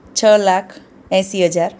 છ લાખ એંશી હજાર